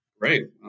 Great